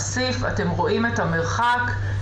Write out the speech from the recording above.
אמרתי,